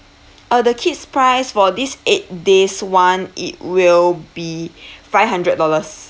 uh the kid's price for this eight days one it will be five hundred dollars